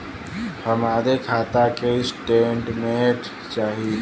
हमरे खाता के स्टेटमेंट चाही?